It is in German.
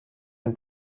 ein